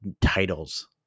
titles